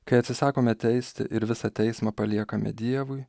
kai atsisakome teisti ir visą teismą paliekame dievui